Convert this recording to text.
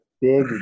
big